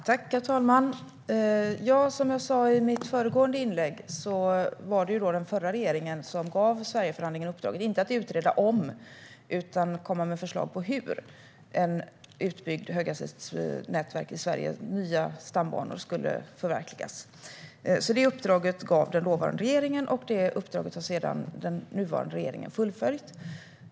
Herr talman! Som jag sa i mitt föregående inlägg var det den förra regeringen som gav Sverigeförhandlingen uppdraget att utreda inte om utan hur ett utbyggt höghastighetsnätverk i Sverige, nya stambanor, skulle förverkligas, och komma med förslag om det. Det uppdraget gav den dåvarande regeringen, och det uppdraget har sedan den nuvarande regeringen fullföljt.